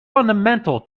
fundamental